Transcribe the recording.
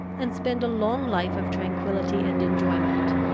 and spend a long life of tranquillity and enjoyment.